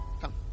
Come